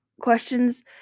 questions